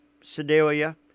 Sedalia